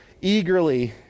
eagerly